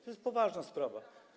To jest poważna sprawa.